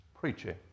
preaching